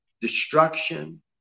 destruction